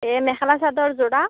এই মেখেলা চাদৰ যোৰা